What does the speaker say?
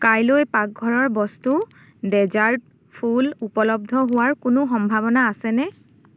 কাইলৈ পাকঘৰৰ বস্তু ডেজাৰ্ট ফুল উপলব্ধ হোৱাৰ কোনো সম্ভাৱনা আছেনে